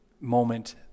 moment